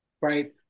right